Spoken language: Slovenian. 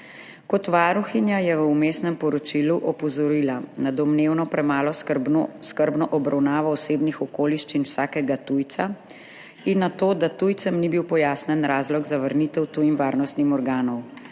Kot varuhinja je v vmesnem poročilu opozorila na domnevno premalo skrbno obravnavo osebnih okoliščin vsakega tujca in na to, da tujcem ni bil pojasnjen razlog za vrnitev tujim varnostnim organom.